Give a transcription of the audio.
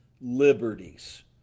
liberties